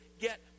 get